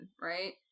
right